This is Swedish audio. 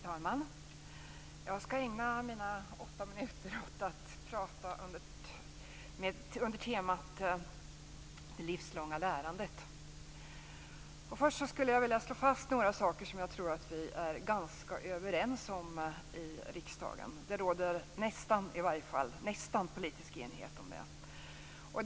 Fru talman! Jag skall ägna mina åtta minuter åt att prata på temat Det livslånga lärandet. Först vill jag slå fast några saker som jag tror att vi är ganska överens om i riksdagen. Det råder nästan politisk enighet om detta.